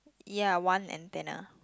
ya one antenna